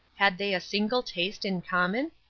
had they a single taste in common?